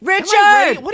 Richard